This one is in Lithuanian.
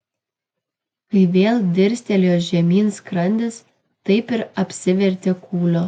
kai vėl dirstelėjo žemyn skrandis taip ir apsivertė kūlio